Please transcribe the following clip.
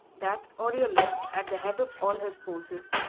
that aureolus, at the head of all his forces,